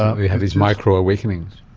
ah they have these micro-awakenings.